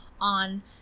on